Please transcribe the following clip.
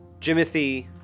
Jimothy